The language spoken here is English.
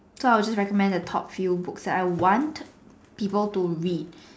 so I will just recommend the top few books that I want people to read